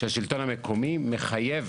שהשלטון המקומי מחייב